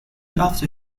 after